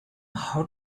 how